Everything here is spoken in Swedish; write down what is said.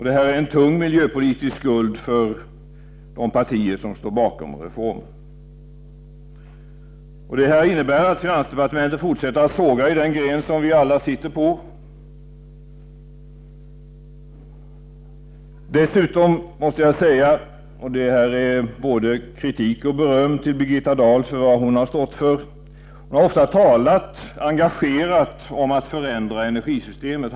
Detta är en tung miljöpolitisk skuld för de partier som står bakom reformen. Det innebär att finansdepartementet fortsätter att såga i den gren som vi alla sitter på. Dessutom måste jag både kritisera och berömma Birgitta Dahl för det som hon har stått för. Hon har ofta talat engagerat om att förändra energisystemet.